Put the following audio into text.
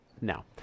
no